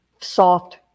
soft